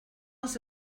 els